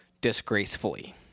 disgracefully